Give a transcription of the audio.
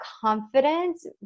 confidence